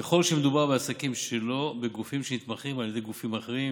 ככל שלא מדובר בעסקים אלא בגופים שנתמכים על ידי גופים אחרים,